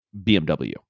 BMW